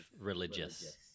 religious